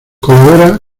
colabora